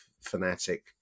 fanatic